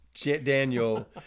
Daniel